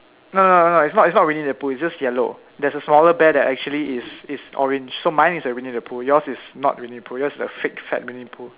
no no no is not is not Winnie the Pooh it's just yellow there's a smaller bear that actually is is orange so mine is a Winnie the Pooh yours is not Winnie the Pooh yours is a fake fat Winnie Pooh